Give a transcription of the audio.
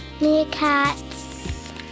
meerkats